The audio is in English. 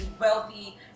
wealthy